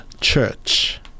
church